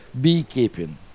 beekeeping